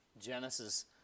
genesis